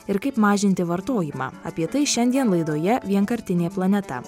ir kaip mažinti vartojimą apie tai šiandien laidoje vienkartinė planeta